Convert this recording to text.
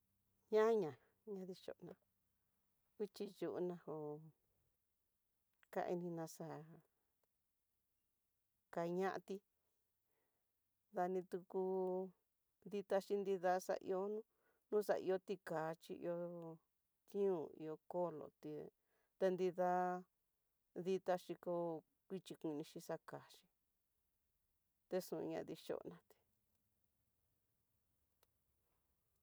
Ñaña ñadachona, chiyona hó kainina xa'á kañoti, dani tuku dita nida xa ihó no no xahió ticachi ihó tión, ihó kolo ti, ta nrida ditá xhiko kuxhi koni xhixa kaxhi texho dani xhioñaté.